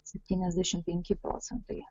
septyniasdešim penki procentai